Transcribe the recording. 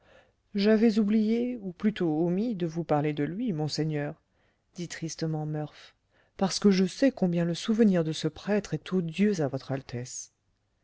j'avais oublié ou plutôt omis de vous parler de lui monseigneur dit tristement murph parce que je sais combien le souvenir de ce prêtre est odieux à votre altesse